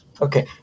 Okay